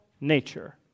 nature